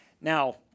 Now